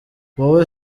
wowe